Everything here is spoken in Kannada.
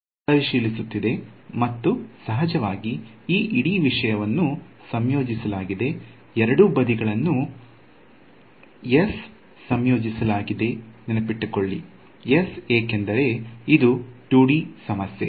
ಇದು ನಮ್ಮಲ್ಲಿರುವ ನಿಯಮಗಳನ್ನು ಪರಿಶೀಲಿಸುತ್ತಿದೆ ಮತ್ತು ಸಹಜವಾಗಿ ಈ ಇಡೀ ವಿಷಯವನ್ನು ಸಂಯೋಜಿಸಲಾಗಿದೆ ಎರಡೂ ಬದಿಗಳನ್ನು ಸಂಯೋಜಿಸಲಾಗಿದೆ ನೆನಪಿಟ್ಟುಕೊಳ್ಳಿ ಏಕೆಂದರೆ ಇದು 2 ಡಿ ಸಮಸ್ಯೆ